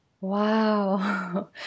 Wow